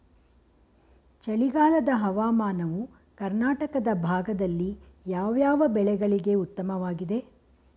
ಚಳಿಗಾಲದ ಹವಾಮಾನವು ಕರ್ನಾಟಕದ ಭಾಗದಲ್ಲಿ ಯಾವ್ಯಾವ ಬೆಳೆಗಳಿಗೆ ಉತ್ತಮವಾಗಿದೆ?